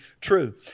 true